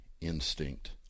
instinct